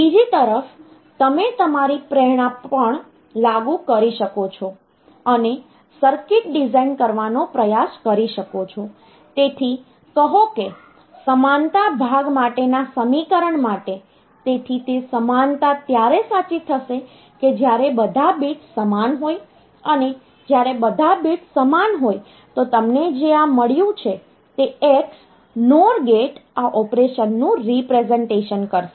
બીજી તરફ તમે તમારી પ્રેરણા પણ લાગુ કરી શકો છો અને સર્કિટ ડિઝાઇન કરવાનો પ્રયાસ કરી શકો છો તેથી કહો કે સમાનતા ભાગ માટેના સમીકરણ માટે તેથી તે સમાનતા ત્યારે સાચી થશે કે જ્યારે બધા બિટ્સ સમાન હોય અને જ્યારે બધા બિટ્સ સમાન હોય તો તમને જે આ મળ્યું છે તે X NOR ગેટ આ ઓપરેશનનું રીપ્રેસનટેશન કરશે